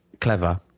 clever